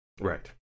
Right